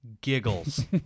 giggles